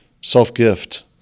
self-gift